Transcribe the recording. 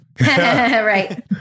Right